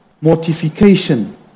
mortification